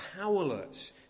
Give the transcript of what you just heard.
powerless